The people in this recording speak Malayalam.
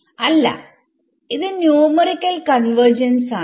അല്ല അത് ന്യൂമെറിക്കൽ കോൺവെർജൻസ്ആണ്